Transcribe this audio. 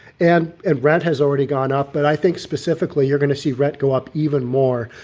and and rent has already gone up. but i think specifically, you're going to see rent go up even more,